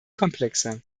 komplexer